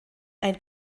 ein